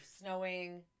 snowing